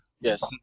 Yes